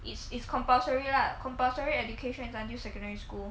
it~ it's compulsory lah compulsory education is until secondary school